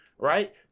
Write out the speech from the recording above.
Right